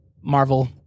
Marvel